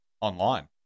online